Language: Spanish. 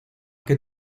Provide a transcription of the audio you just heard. que